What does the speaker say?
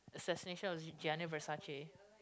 Assassination of Gianni-Versace